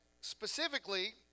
specifically